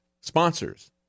sponsors